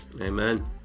Amen